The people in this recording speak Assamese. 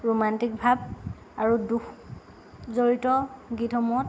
ৰোমাণ্টিক ভাৱ আৰু দুখ জড়িত গীতসমূহত